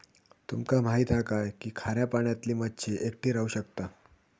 तुमका माहित हा काय की खाऱ्या पाण्यातली मच्छी एकटी राहू शकता